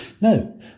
No